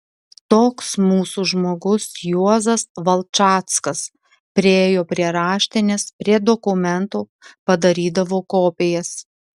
toks mūsų žmogus juozas valčackas priėjo prie raštinės prie dokumentų padarydavo kopijas